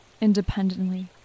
independently